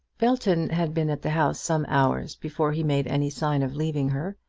belton had been at the house some hours before he made any sign of leaving her,